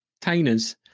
containers